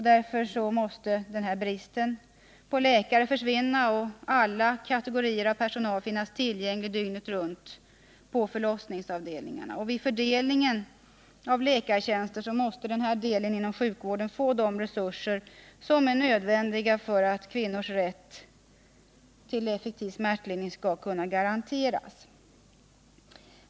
Därför måste bristen på läkare försvinna och alla kategorier av personal finnas tillgängliga dygnet runt på förlossningsavdelningarna. Vid fördelningen av läkartjänster måste denna del inom sjukvården få de resurser som är nödvändiga för att kvinnors rätt till effektiv smärtlindring skall kunna garanteras.